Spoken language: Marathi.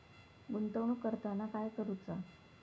गुंतवणूक करताना काय करुचा?